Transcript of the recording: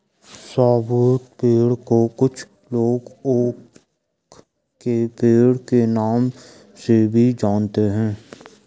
शाहबलूत पेड़ को कुछ लोग ओक के पेड़ के नाम से भी जानते है